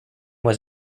was